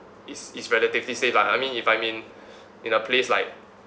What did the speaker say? is is relatively safe lah I mean if I'm in in a place like